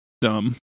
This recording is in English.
dumb